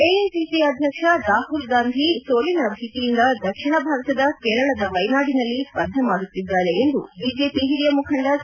AICC ಅಧ್ಯಕ್ಷ ರಾಹುಲ್ ಗಾಂಧಿ ಸೋಲಿನ ಬೀತಿಯಿಂದ ದಕ್ಷಿಣ ಭಾರತದ ಕೇರಳದ ವೈನಾಡಿನಲ್ಲಿ ಸ್ಪರ್ದೆ ಮಾಡುತ್ತಿದ್ದಾರೆ ಎಂದು ಬಿಜೆಪಿ ಹಿರಿಯ ಮುಖಂಡ ಸಿ